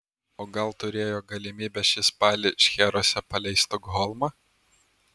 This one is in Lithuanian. o gal turėjo galimybę šį spalį šcheruose palei stokholmą